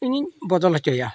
ᱤᱧᱤᱧ ᱵᱚᱫᱚᱞ ᱦᱚᱪᱚᱭᱟ